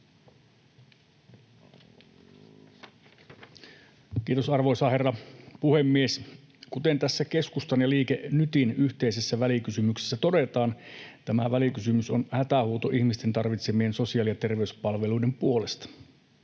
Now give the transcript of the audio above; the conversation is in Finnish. Kiitos, arvoisa herra puhemies! Kuten tässä keskustan ja Liike Nytin yhteisessä välikysymyksessä todetaan, tämä välikysymys on hätähuuto ihmisten tarvitsemien sosiaali- ja terveyspalveluiden puolesta.